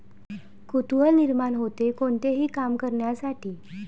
कुतूहल निर्माण होते, कोणतेही काम करण्यासाठी